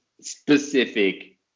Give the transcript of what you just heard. specific